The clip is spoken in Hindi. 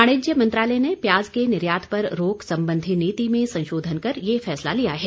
वाणिज्य मंत्रालय ने प्याज के निर्यात पर रोक संबंधी नीति में संशोधन कर यह फैसला लिया है